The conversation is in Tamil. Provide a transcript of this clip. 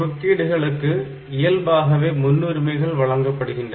குறுக்கீடுகளுக்கு இயல்பாகவே முன்னுரிமைகள் வழங்கப்படுகின்றன